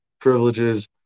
privileges